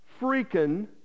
freaking